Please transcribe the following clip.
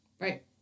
right